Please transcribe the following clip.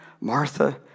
Martha